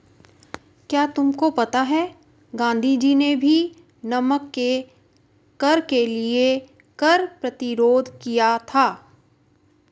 क्या तुमको पता है गांधी जी ने भी नमक के कर के लिए कर प्रतिरोध किया था